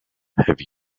have